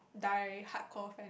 die hardcore